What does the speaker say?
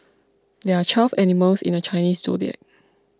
there are twelve animals in the Chinese zodiac